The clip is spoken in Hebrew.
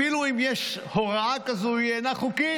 אפילו אם ישנה הוראה כזו היא אינה חוקית.